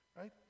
right